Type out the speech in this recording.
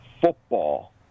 football –